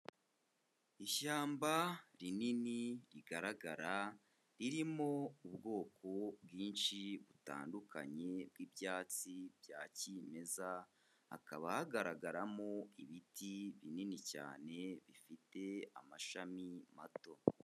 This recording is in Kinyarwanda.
Ishyamba rinini rigaragara, ririmo ubwoko bwinshi butandukanye bw'ibyatsi bya kimeza, hakaba hagaragaramo ibiti binini cyane bifite amashami mato.